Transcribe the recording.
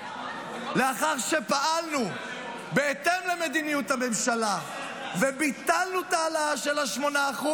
לאחר שפעלנו בהתאם למדיניות הממשלה וביטלנו את ההעלאה של ה-8%,